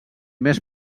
més